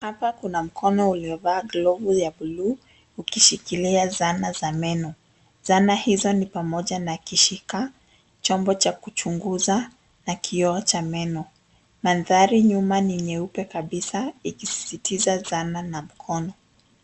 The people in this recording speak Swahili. Hapa kuna mkono uliovaa glovu ya bluu ukishikilia zana ya meno. Zana hizo ni pamoja na kishika, chombo cha kuchuguza na kioo cha meno. Mandhari nyuma ni nyeupe kabisa ikisisitiza zana na mkono.